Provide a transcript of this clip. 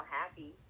happy